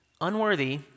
unworthy